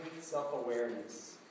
self-awareness